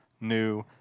new